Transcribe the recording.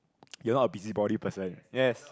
you're not a busybody person yes